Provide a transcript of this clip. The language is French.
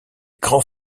grands